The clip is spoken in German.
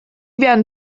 werden